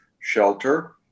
shelter